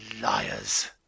liars